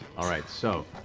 all right, so.